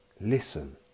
listen